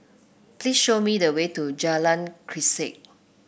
please show me the way to Jalan Grisek